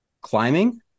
Climbing